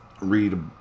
read